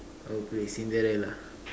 I'll play Cinderella